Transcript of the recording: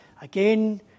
Again